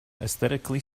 aesthetically